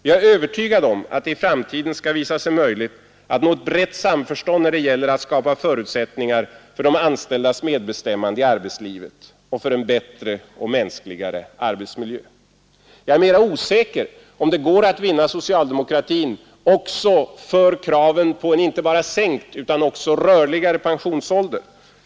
Jag är övertygad om att det i framtiden skall visa sig möjligt att nå ett rätt samförstånd när det gäller att skapa förutsättningar för de anställdas medbestämmande i arbetslivet och för en bättre och mänskligare arbetsmiljö. Jag är mera osäker på om det går att vinna socialdemokratin för kraven på inte bara sänkt utan också rörlig pensionsålder.